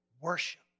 worship